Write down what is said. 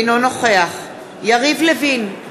אינו נוכח יריב לוין,